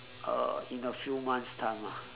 uh in a few months time ah